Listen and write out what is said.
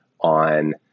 on